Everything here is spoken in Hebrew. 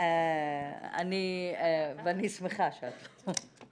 ואני שמחה שאת לא.